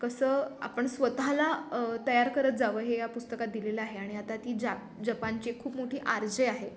कसं आपण स्वतःला तयार करत जावं हे या पुस्तकात दिलेलं आहे आणि आता ती जा जपानची खूप मोठी आर्जे आहे